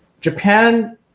Japan